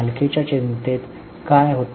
मालकीच्या चिंतेत काय होते